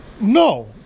No